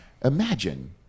imagine